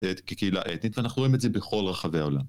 כקהילה אתנית, ואנחנו רואים את זה בכל רחבי העולם.